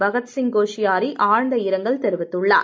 பகத்சிங் கோஷியாரி ஆழ்ந்த இரங்கல் தெரிவித்துள்ளார்